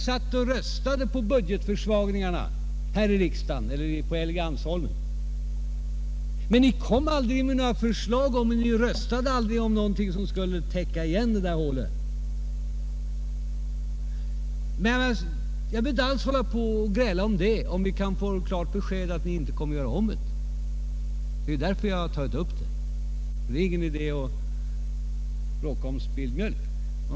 Ni röstade för budgetförsvagningarna på Helgeandsholmen, men ni framlade aldrig några förslag, ni röstade aldrig för någonting som skulle täcka igen hålen. Jag vill emellertid inte alls gräla om detta, ifall vi kan få klart besked att ni inte kommer att göra om det. Det är därför jag har tagit upp saken. Det är ingen idé att bråka om spilld mjölk.